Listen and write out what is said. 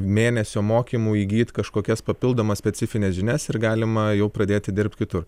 mėnesio mokymų įgyt kažkokias papildomas specifines žinias ir galima jau pradėti dirbt kitur